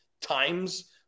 times